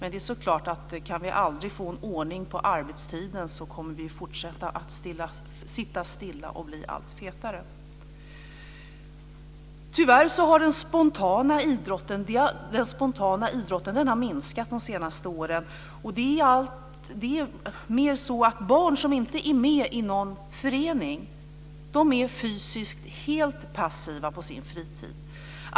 Men det är klart att om vi aldrig kan få ordning på arbetstiden kommer vi att fortsätta sitta stilla och bli allt fetare. Tyvärr har den spontana idrotten minskat de senaste åren. Det är alltmer så att barn som inte är med i någon förening är fysiskt helt passiva på sin fritid.